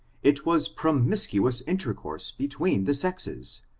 it was promiscuous inter course between the sexes,